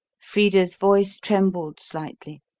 frida's voice trembled slightly.